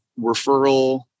referral